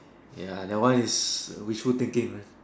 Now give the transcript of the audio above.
ya that one is wishful thinking right